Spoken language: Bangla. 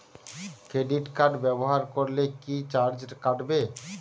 ক্রেডিট কার্ড ব্যাবহার করলে কি চার্জ কাটবে?